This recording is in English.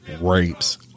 rapes